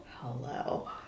Hello